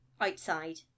outside